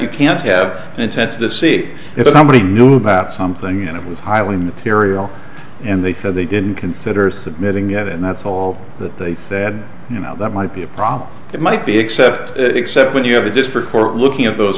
you can't have an intent to see if somebody knew about something and it was highly material and they said they didn't consider submitting yet and that's all that they had you know that might be a problem that might be except except when you have a district court looking at those